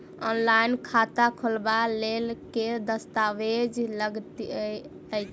Online खाता खोलबय लेल केँ दस्तावेज लागति अछि?